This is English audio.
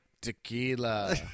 Tequila